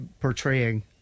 portraying